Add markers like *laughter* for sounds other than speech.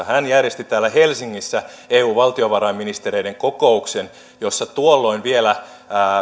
*unintelligible* hän järjesti täällä helsingissä eun valtiovarainministereiden kokouksen jossa tuolloin vielä